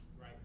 right